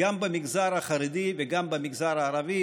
במגזר החרדי וגם במגזר הערבי,